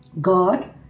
God